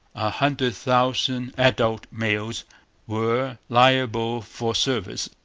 a hundred thousand adult males were liable for service.